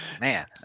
man